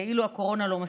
כאילו הקורונה לא מספיקה,